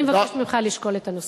אני מבקשת ממך לשקול את הנושא.